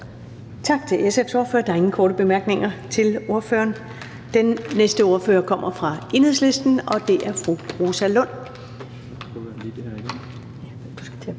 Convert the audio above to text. Tak til SF's ordfører. Der er ingen korte bemærkninger til ordføreren. Den næste ordfører kommer fra Enhedslisten, og det er fru Rosa Lund.